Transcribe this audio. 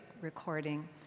recording